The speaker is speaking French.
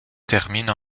termine